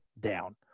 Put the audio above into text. down